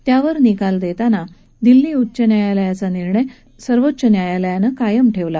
त्यावर निकाल सुनावताना दिल्ली उच्च न्यायालयाचा निर्णय सर्वोच्च न्यायालयानं कायम ठेवला